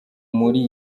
muri